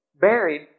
buried